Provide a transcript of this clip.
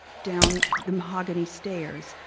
down the mahogany stairs,